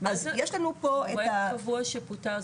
מורה קבוע שפוטר,